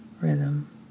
rhythm